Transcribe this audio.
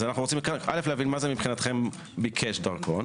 אז אל"ף, מה זה מבחינתכם ביקש דרכון?